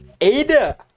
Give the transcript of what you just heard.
ada